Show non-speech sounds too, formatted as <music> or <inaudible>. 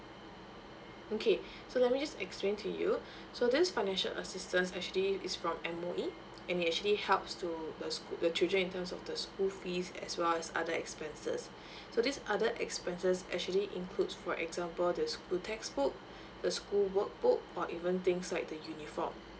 okay <breath> so let me just explain to you <breath> so this financial assistance actually it is from M_O_E and it actually helps to the sch~ the children in terms of the school fees as well as other expenses <breath> so this other expenses actually includes for example the school textbook <breath> the school work book or even things like the uniforms